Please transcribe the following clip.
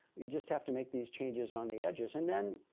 you just have to make these changes on the edges and then,